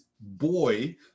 boy